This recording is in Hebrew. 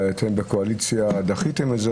ואתם בקואליציה דחיתם את זה,